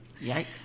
Yikes